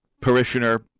Parishioner